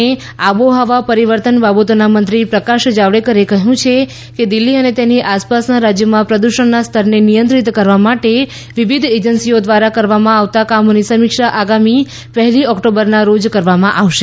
Javadekar pollution પર્યાવરણ વન અને આબોહવા પરિવર્તન બાબતોના મંત્રી પ્રકાશ જાવડેકરે કહ્યું છે કે દિલ્હી અને તેની આસપાસનાં રાજ્યોમાં પ્રદૂષણના સ્તરને નિયંત્રિત કરવા માટે વિવિધ એજન્સીઓ દ્વારા કરવામાં આવતા કામોની સમીક્ષા આગામી પહેલી ઓક્ટોબરના રોજ કરવામાં આવશે